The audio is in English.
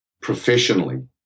professionally